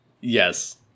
Yes